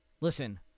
Listen